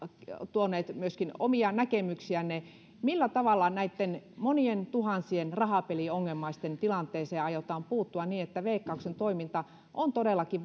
tuoneet myöskin omia näkemyksiänne millä tavalla näitten monien tuhansien rahapeliongelmaisten tilanteeseen aiotaan puuttua niin että veikkauksen toiminta on todellakin